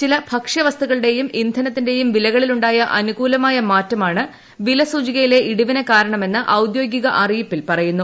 ചില ഭക്ഷ്യവസ്തുക്കളുടെയും ഇന്ധനത്തിന്റെയും വിലകളിൽ ഉണ്ടായ അനുകൂലമായ മാറ്റമാണ് വിലസൂചികയിലെ ഇടിവിന് കാരണമെന്ന് ഔദ്യോഗിക അറിയിപ്പിൽ പറയുന്നു